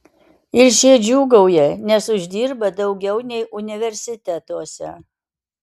ir šie džiūgauja nes uždirba daugiau nei universitetuose